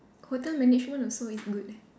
hotel management also is good eh